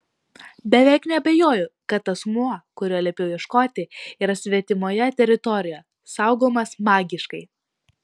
beveik neabejoju kad asmuo kurio liepiau ieškoti yra svetimoje teritorijoje saugomas magiškai